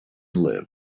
lived